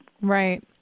Right